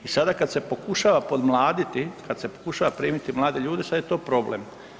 I sada kad se pokušava pomladiti, kada se pokušava primiti mlade ljude sad je to problem.